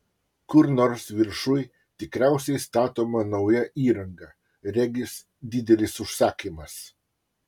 kur nors viršuj tikriausiai statoma nauja įranga regis didelis užsakymas